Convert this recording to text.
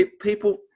People